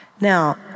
Now